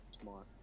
Smart